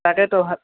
তাকেতো